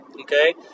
okay